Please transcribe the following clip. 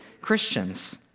Christians